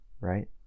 right